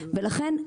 ולכן,